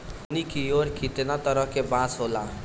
हमनी कियोर कितना तरह के बांस होला